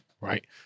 right